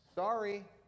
Sorry